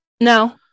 No